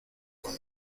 con